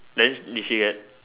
then did she get